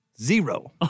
Zero